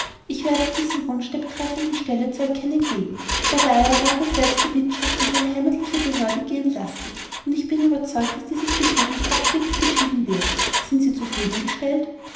ich werde diesen wunsch der betreffenden stelle zu erkennen geben dabei aber mag er selbst eine bittschrift an seine heimatliche behörde gehen lassen und ich bin überzeugt daß dieses gesuch nicht abschlägig beschieden wird sind sie zufrieden gestellt